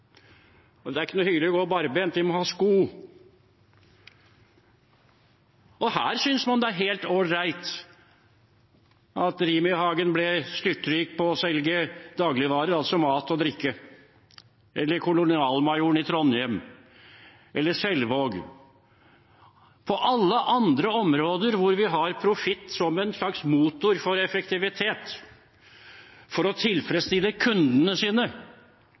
Og det er ikke noe hyggelig å gå barbent, vi må ha sko. Og her synes man det er helt all right at Rimi-Hagen ble styrtrik på å selge dagligvarer, altså mat og drikke, eller «kolonialmajoren» i Trondheim – eller Selvaag. På alle andre områder hvor vi har profitt som en slags motor for effektivitet, for å tilfredsstille kundene,